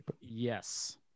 Yes